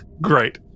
Great